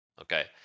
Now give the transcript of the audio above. okay